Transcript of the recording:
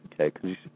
Okay